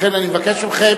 שאלה.